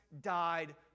died